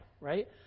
right